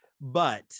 But-